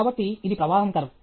కాబట్టి ఇది ప్రవాహం కర్వ్